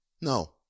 no